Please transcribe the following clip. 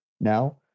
now